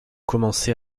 commencé